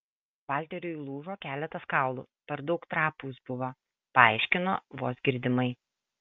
valteriui lūžo keletas kaulų per daug trapūs buvo paaiškino vos girdimai